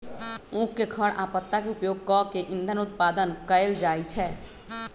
उख के खर आ पत्ता के उपयोग कऽ के इन्धन उत्पादन कएल जाइ छै